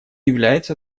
является